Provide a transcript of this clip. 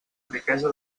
riquesa